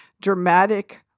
dramatic